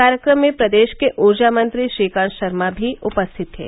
कार्यक्रम में प्रदेश के ऊर्जा मंत्री श्रीकांत शर्मा भी उपस्थित थे